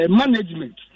management